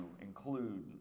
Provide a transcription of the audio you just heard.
include